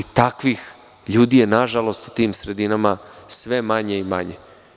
Takvih ljudi je nažalost u tim sredinama sve manje i manje.